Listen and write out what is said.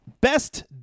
best